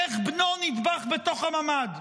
איך בנו נטבח בתוך הממ"ד.